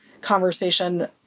conversation